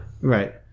Right